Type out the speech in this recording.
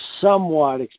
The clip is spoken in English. somewhat